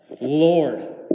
Lord